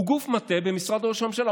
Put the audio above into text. הוא גוף מטה במשרד ראש הממשלה,